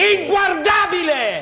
Inguardabile